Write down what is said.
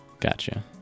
gotcha